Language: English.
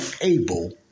able